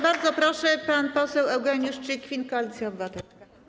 Bardzo proszę, pan poseł Eugeniusz Czykwin, Koalicja Obywatelska.